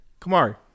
Kamari